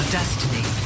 destiny